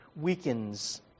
weakens